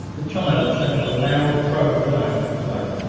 the child set up a loud crow of delight at the flame.